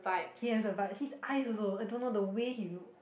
he has the vibes his eyes also I don't know the way he look